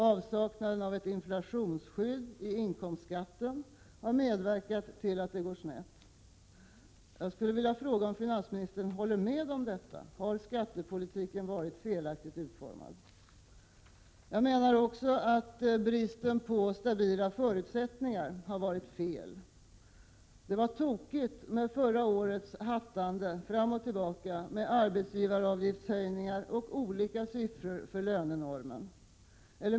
Avsaknaden av ett inflationsskydd i inkomstskatten har medverkat till att det har gått snett. Jag skulle vilja fråga om finansministern håller med om att skattepolitiken har varit felaktigt utformad. och det ekonomiska läget Jag menar också att bristen på stabila förutsättningar har varit markant. Det var tokigt med förra årets hattande fram och tillbaka med arbetsgivaravgiftshöjningar och olika siffror för lönenormen.